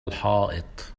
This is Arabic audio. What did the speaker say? الحائط